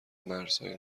مرزهای